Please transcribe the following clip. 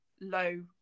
low